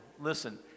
listen